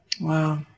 Wow